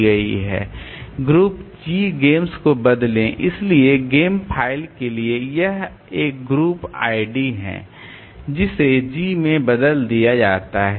group G games को बदलें इसलिए गेम फाइल के लिए यह एक ग्रुप आईडी है जिसे G में बदल दिया जाता है